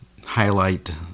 highlight